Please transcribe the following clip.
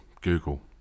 Google